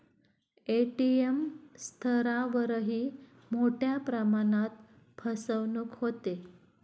ATM स्तरावरही मोठ्या प्रमाणात फसवणूक होते